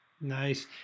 Nice